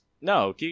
No